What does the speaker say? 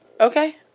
Okay